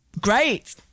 great